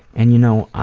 and you know,